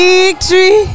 Victory